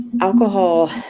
alcohol